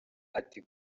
ati